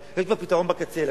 אבל יש פתרון בקצה,